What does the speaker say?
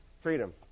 freedom